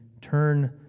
turn